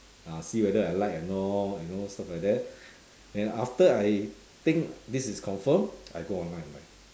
ah see whether I like or not you know stuff like that then after I think this is confirm I go online and buy